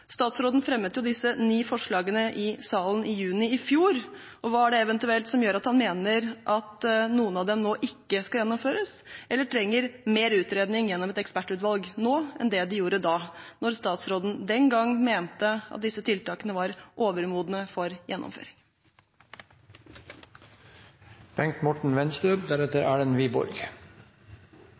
Statsråden fremmet som stortingsrepresentant disse ni forslagene i salen i juni i fjor. Hva er det eventuelt som gjør at han mener at noen av dem nå ikke skal gjennomføres eller trenger mer utredning gjennom et ekspertutvalg, enn de gjorde da nåværende statsråd som representant den gang mente at disse tiltakene var overmodne for